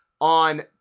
on